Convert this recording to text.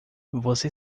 você